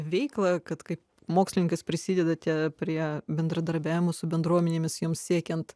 veiklą kad kaip mokslinkas prisidedate prie bendradarbiavimo su bendruomenėmis joms siekiant